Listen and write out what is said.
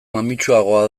mamitsuagoa